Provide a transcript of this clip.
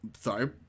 sorry